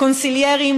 קונסיליירים,